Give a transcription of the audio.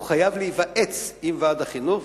הוא חייב להיוועץ בוועד החינוך,